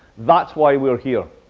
that's why we're here.